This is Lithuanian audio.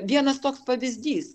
vienas toks pavyzdys